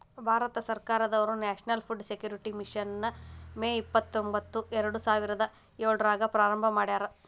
ಭಾರತ ಸರ್ಕಾರದವ್ರು national food security mission ನ May ಇಪ್ಪತ್ರೊಂಬತ್ತು ಎರಡುಸಾವಿರದ ಏಳ್ರಾಗ ಪ್ರಾರಂಭ ಮಾಡ್ಯಾರ